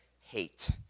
hate